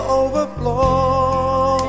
overflow